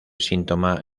síntoma